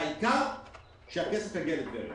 העיקר שהכסף יגיע לטבריה.